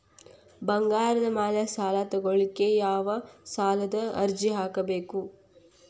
ಬಂಗಾರದ ಮ್ಯಾಲೆ ಸಾಲಾ ತಗೋಳಿಕ್ಕೆ ಯಾವ ಸಾಲದ ಅರ್ಜಿ ಹಾಕ್ಬೇಕು?